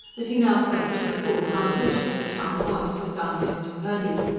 that he now felt to the full how precious the tie was that bound him to purdy.